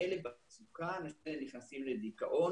אלה שנמצאים במצוקה נכנסים לדיכאון,